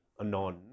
anon